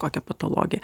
kokia patologija